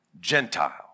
Gentile